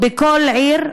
בכל עיר,